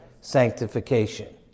sanctification